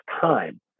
time